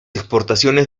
exportaciones